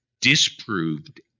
disproved